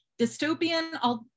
dystopian